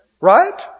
Right